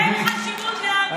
אין חשיבות, הכול אפשר פוליטית.